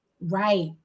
Right